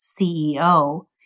CEO